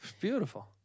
beautiful